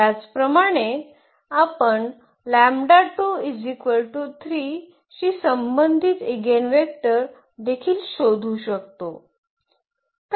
त्याचप्रमाणे आपण शी संबंधित ईगेनवेक्टर देखील शोधू शकतो